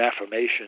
affirmation